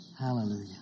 Hallelujah